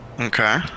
Okay